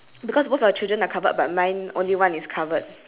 and then the ball is in front of her that one is not a difference also